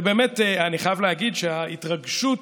אני חייב להגיד שההתרגשות